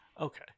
okay